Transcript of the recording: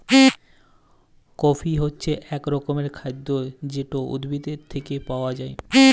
coffee হছে ইক রকমের খাইদ্য যেট উদ্ভিদ থ্যাইকে পাউয়া যায়